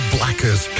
Blackers